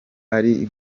nari